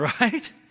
right